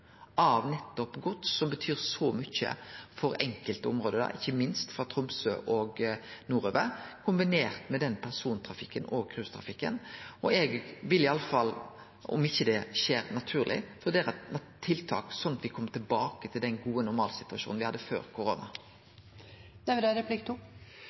mykje for enkelte område, ikkje minst frå Tromsø og nordover, og persontrafikken og cruisetrafikken. Og eg vil i alle fall – om det ikkje skjer naturleg – vurdere tiltak, slik at me kjem tilbake til den gode normaltilstanden me hadde før